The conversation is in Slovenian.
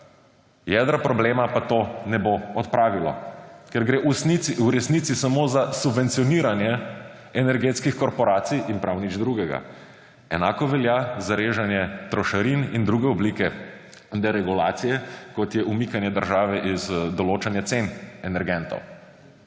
Jedra problema pa to ne bo odpravilo, ker gre v resnici samo za subvencioniranje energetskih korporacij in prav nič drugega. Enako velja za rezanje trošarin in druge oblike deregulacije, kot je umikanje države iz določanja cen energentov.